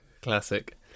Classic